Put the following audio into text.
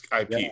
IP